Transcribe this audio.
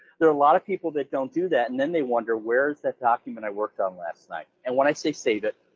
there are a lot of people that don't do that, and then they wonder, where's that document i worked on last night? and when i say save it,